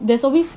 there's always